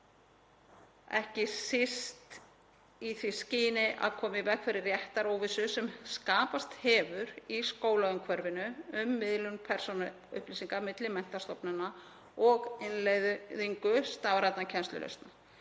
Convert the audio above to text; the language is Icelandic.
ekki síst í því skyni að koma í veg fyrir réttaróvissu sem skapast hefur í skólaumhverfinu um miðlun persónuupplýsinga milli menntastofnana og innleiðingu stafrænna kennslulausna.